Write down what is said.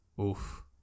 Oof